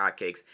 hotcakes